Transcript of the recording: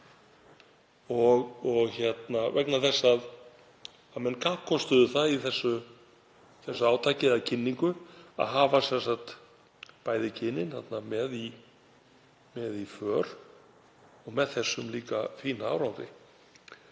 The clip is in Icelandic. vegna þess að menn kappkostuðu það í þessu átaki eða kynningu að hafa bæði kynin með í för með þessum líka fína árangri.